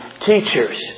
teachers